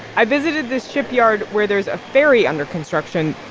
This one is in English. i visited this shipyard where there's a ferry under construction.